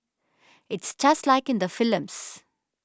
it's just like in the films